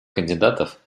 кандидатов